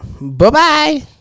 Bye-bye